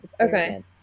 Okay